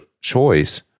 choice